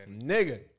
nigga